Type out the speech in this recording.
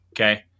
Okay